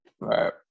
Right